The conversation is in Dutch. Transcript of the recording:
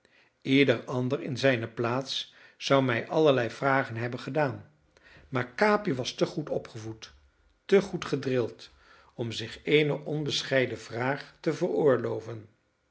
ieder ander in zijne plaats zou mij allerlei vragen hebben gedaan maar capi was te goed opgevoed te goed gedrild om zich eene onbescheiden vraag te veroorloven